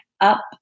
up